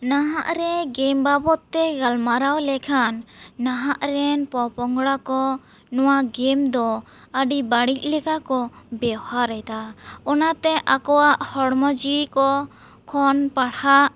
ᱱᱟᱦᱟᱜ ᱨᱮ ᱜᱮᱢ ᱵᱟᱵᱚᱛ ᱛᱮ ᱜᱟᱞᱢᱟᱨᱟᱣ ᱞᱮᱠᱷᱟᱱ ᱱᱟᱦᱟᱜ ᱨᱮᱱ ᱯᱚᱯᱚᱝᱲᱟ ᱠᱚ ᱱᱚᱣᱟ ᱜᱮᱢ ᱫᱚ ᱟᱹᱰᱤ ᱵᱟᱹᱲᱤᱡ ᱞᱮᱠᱟ ᱠᱚ ᱵᱮᱣᱦᱟᱨ ᱮᱫᱟ ᱚᱱᱟᱛᱮ ᱟᱠᱚᱣᱟᱜ ᱦᱚᱲᱢᱚ ᱡᱤᱣᱤ ᱠᱚ ᱠᱷᱚᱱ ᱯᱟᱲᱦᱟᱜ